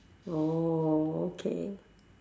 orh okay